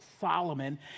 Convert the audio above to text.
Solomon